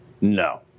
No